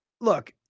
look